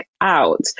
out